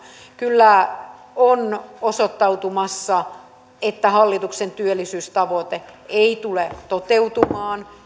kyllä on osoittautumassa että hallituksen työllisyystavoite ei tule toteutumaan